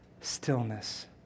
stillness